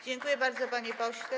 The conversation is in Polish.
Dziękuję bardzo, panie pośle.